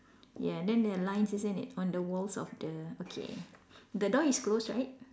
yeah then there are lines isn't it on the walls of the okay the door is closed right